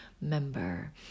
member